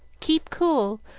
keep cool!